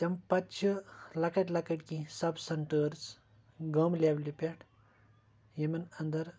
تَمہِ پَتہٕ چھِ لۄکٕٹۍ لۄکٕٹۍ کینٛہہ سَب سٮ۪نٹٲرٕس گامہٕ لٮ۪ولہِ پٮ۪ٹھ یِمَن اَنٛدَر